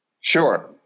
Sure